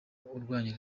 urwanya